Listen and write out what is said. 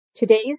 Today's